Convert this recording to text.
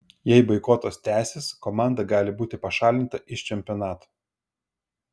jei boikotas tęsis komanda gali būti pašalinta iš čempionato